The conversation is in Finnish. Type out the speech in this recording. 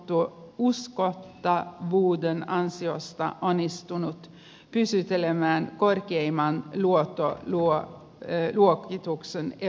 tuo usko että uskottavuuden ansiosta onnistunut pysyttelemään korkeimman luottoluokituksen euromaana